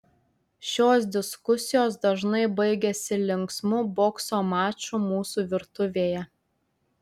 šios diskusijos dažnai baigiasi linksmu bokso maču mūsų virtuvėje